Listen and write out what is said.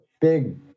big